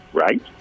right